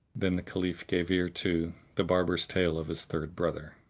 then the caliph gave ear to the barber's tale of his third brother.